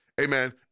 amen